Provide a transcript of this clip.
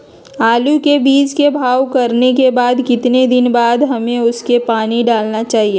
आलू के बीज के भाव करने के बाद कितने दिन बाद हमें उसने पानी डाला चाहिए?